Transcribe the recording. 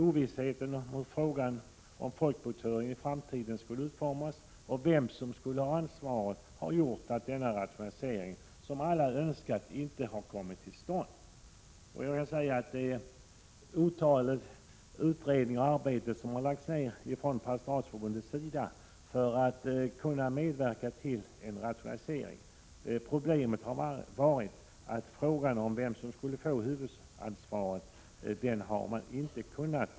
Ovissheten om hur frågan om folkbokföringen i framtiden skulle utformas och vem som skulle ha ansvaret har gjort att den rationalisering som alla önskat inte har kommit till stånd. Otaliga utredningar har gjorts och mycket arbete lagts ned från Pastoratsförbundet för att medverka till en rationalisering. Problemet har varit att man inte kunnat enas om frågan om vem som skulle få huvudansvaret.